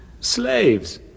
Slaves